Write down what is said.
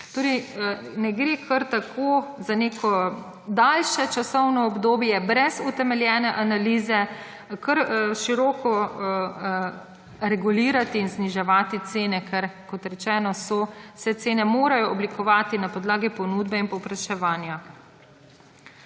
Torej ne gre kar tako za neko daljše časovno obdobje brez utemeljene analize kar široko regulirati in zniževati cen, ker, kot rečeno, se cene morajo oblikovati na podlagi ponudbe in povpraševanja.